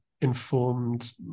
informed